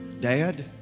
Dad